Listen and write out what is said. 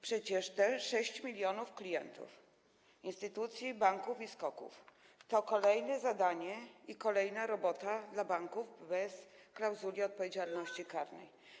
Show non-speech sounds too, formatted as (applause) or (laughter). Przecież te 6 mln klientów instytucji, banków i SKOK-ów to kolejne zadanie i kolejna robota dla banków, chodzi o brak klauzuli (noise) o odpowiedzialności karnej.